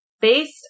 based